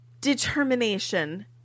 Determination